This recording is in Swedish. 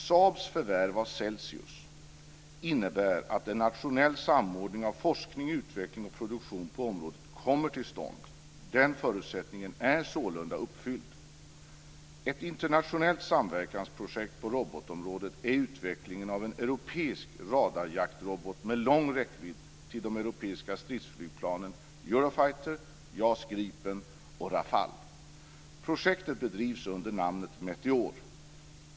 Saabs förvärv av Celsius innebär att en nationell samordning av forskning, utveckling och produktion på området kommer till stånd. Den förutsättningen är sålunda uppfylld. Ett internationellt samverkansprojekt på robotområdet är utvecklingen av en europeisk radarjaktrobot med lång räckvidd till de europeiska stridsflygplanen Eurofighter, JAS Gripen och Rafale. Projektet bedrivs under namnet Meteor.